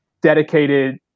dedicated –